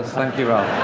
thank you, ralph.